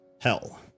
hell